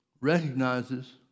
recognizes